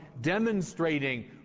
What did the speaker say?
demonstrating